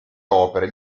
opere